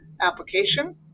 application